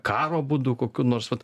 karo būdu kokiu nors vat